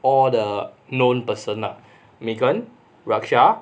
all the known person ah megan raksha